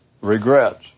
regrets